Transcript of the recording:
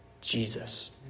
Jesus